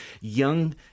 young